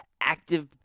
active